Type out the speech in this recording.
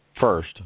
first